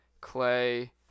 Clay